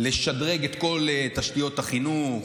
לשדרג את כל תשתיות החינוך.